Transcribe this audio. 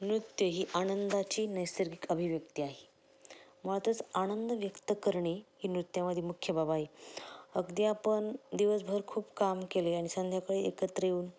नृत्य ही आनंदाची नैसर्गिक अभिव्यक्ती आहे मुळातच आनंद व्यक्त करणे ही नृत्यामध्ये मुख्य बाब आहे अगदी आपण दिवसभर खूप काम केले आणि संध्याकाळी एकत्र येऊन